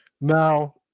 Now